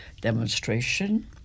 demonstration